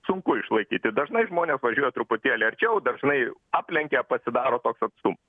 sunku išlaikyti dažnai žmonės važiuoja truputėlį arčiau dažnai aplenkia pasidaro toks atstumas